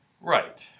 Right